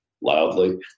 loudly